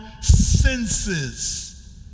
senses